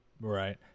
Right